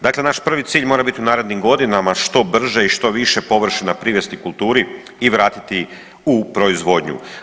Dakle, naš prvi cilj mora biti u narednim godinama što brže i što više površina privesti kulturi i vratiti u proizvodnju.